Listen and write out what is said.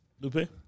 Lupe